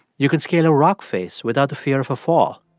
you can scale a rock face without the fear of a fall.